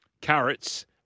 carrots